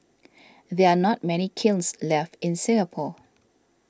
there are not many kilns left in Singapore